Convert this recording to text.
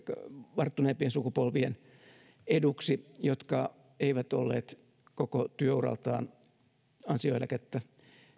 varttuneempien sukupolvien eduksi jotka eivät olleet koko työuraltaan ansioeläkettä